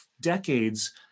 decades